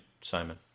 Simon